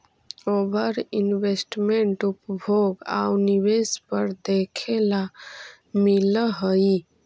ओवर investment उपभोग आउ निवेश पर देखे ला मिलऽ हई